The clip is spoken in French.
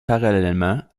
parallèlement